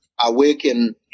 awaken